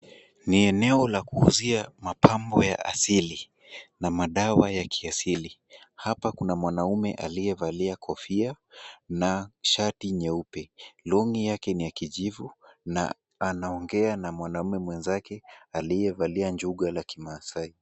Ni eneo la kuuzia mapambo ya asili na madawa ya kiasili. Hapa kuna mwanaume aliyevalia kofia na shati nyeupe. Long'i yake ni ya kijivu na anaongea na mwanamume mwenzake aliyevalia njuga la kimaasai.